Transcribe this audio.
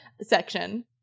section